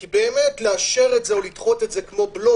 כי לאשר את זה או לדחות את זה כמו בלוק,